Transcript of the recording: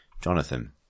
Jonathan